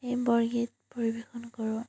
এই বৰগীত পৰিৱেশন কৰোঁ